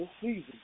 season